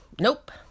nope